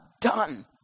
done